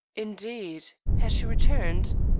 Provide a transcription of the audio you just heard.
indeed. has she returned?